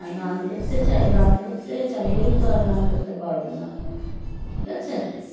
আর গান করতে চাই গান করতে চাইলেই তো আর গান করতে পারব না ঠিক আছে